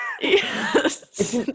Yes